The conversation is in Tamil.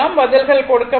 பதில்கள் கொடுக்கப்படும்